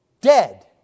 dead